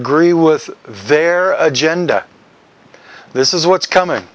agree with their agenda this is what's coming